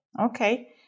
Okay